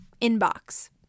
inbox